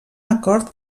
acord